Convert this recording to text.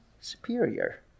superior